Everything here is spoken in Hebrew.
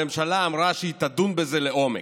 הממשלה אמרה שהיא תדון בזה לעומק,